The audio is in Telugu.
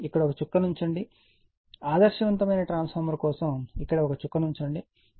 ఇక్కడ ఒక చుక్కను ఉంచండి ఆదర్శవంతమైన ట్రాన్స్ఫార్మర్ కోసం ఇక్కడ ఒక చుక్కను ఉంచండి